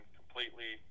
completely